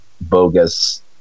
bogus